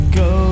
go